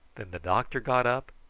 then the doctor got up,